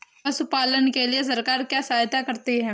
पशु पालन के लिए सरकार क्या सहायता करती है?